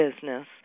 business